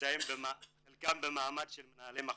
שנמצאים חלקם במעמד של מנהלי מחלקות,